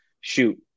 shoot